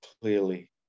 clearly